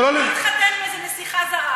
אבל לא, ואז הוא הלך להתחתן עם איזו נסיכה זרה.